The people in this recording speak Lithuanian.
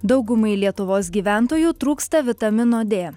daugumai lietuvos gyventojų trūksta vitamino dė